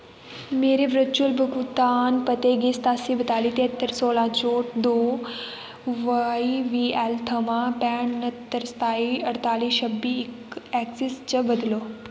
मेरे वर्चुअल भुगतान पते गी सतासी बताली तेहत्तर सोलां चौंह्ठ दो वाई बीएल थमां पैंह्ठ न्हत्तर सताई अड़ताली छब्बी इक एक्सिस च बदलो